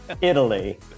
Italy